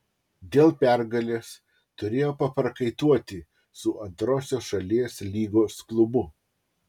dėl pergalės turėjo paprakaituoti su antrosios šalies lygos klubu